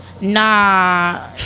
nah